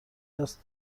است